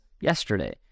yesterday